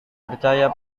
percaya